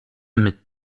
mit